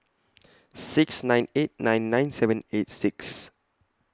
six nine eight nine nine seven eight six